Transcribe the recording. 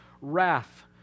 wrath